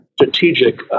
strategic